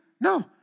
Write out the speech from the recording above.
No